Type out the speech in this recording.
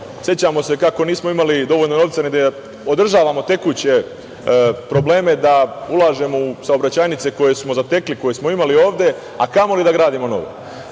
sećamo se kako nismo imali dovoljno novca ni da održavamo tekuće probleme, da ulažemo u saobraćajnice koje smo zatekli, koje smo imali ovde, a kamoli da gradimo